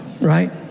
Right